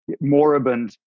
moribund